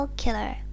killer